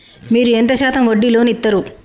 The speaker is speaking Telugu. మీరు ఎంత శాతం వడ్డీ లోన్ ఇత్తరు?